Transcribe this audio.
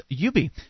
Yubi